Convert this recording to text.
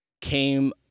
came